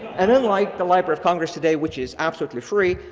and unlike the library of congress today, which is absolutely free,